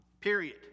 period